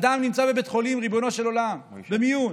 אדם נמצא בבית חולים, ריבונו של עולם, במיון.